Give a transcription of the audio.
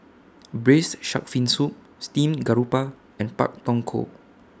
Braised Shark Fin Soup Steamed Garoupa and Pak Thong Ko